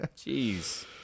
Jeez